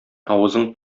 авызың